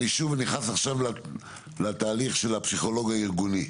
ואני שוב נכנס עכשיו לתהליך של הפסיכולוגיה הארגונית,